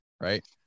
Right